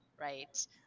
right